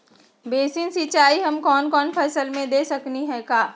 Basin सिंचाई हम कौन कौन फसल में दे सकली हां?